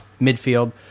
midfield